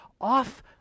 off